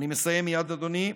אני מסיים מייד, אדוני.